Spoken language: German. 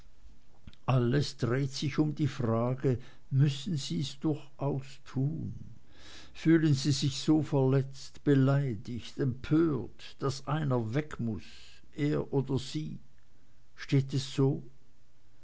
alles dreht sich um die frage müssen sie's durchaus tun fühlen sie sich so verletzt beleidigt empört daß einer weg muß er oder sie steht es so